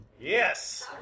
Yes